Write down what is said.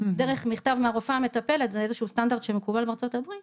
דרך מכתב מהרופאה המטפלת זה איזשהו סטנדרט שמקובל בארצות הברית